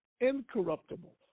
incorruptible